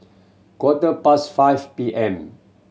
quarter past five P M